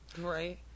Right